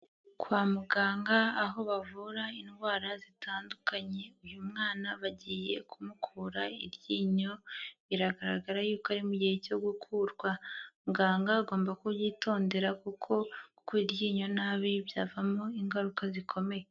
Kwa muganga aho bavura indwara zitandukanye. Uyu mwana bagiye kumukura iryinyo, biragaragara y'uko ari mu gihe cyo gukurwa, muganga agomba kubyitondera kuko gukura iryinyo nabi byavamo ingaruka zikomeye.